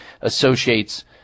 associates